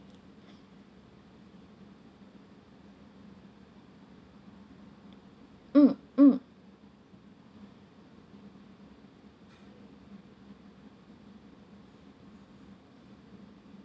mm mm